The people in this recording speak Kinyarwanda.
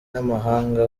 n’amahanga